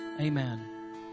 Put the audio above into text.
Amen